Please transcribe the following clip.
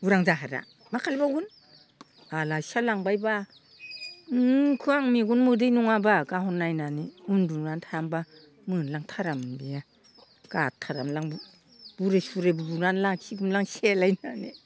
उरां जाहारा मा खालामबावगोन आलासिया लांबायब्ला इखो आं मेगन मोदै नङाब्ला गाहरनायनानै उन्दुना थानोबा मोनलांथारामोन बियो गारथारामोनलै आं बुरि सुरि बुनानै लाखिसिगौमोनलै आं सेलायनानै